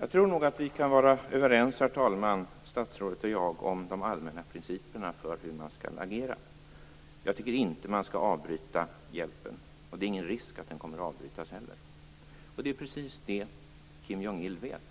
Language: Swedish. Herr talman! Jag tror nog att statsrådet och jag kan vara överens om de allmänna principerna för hur man skall agera. Jag tycker inte att man skall avbryta hjälpen, och det är heller ingen risk för det. Det är precis vad Kim Jong-Il vet,